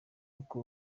uko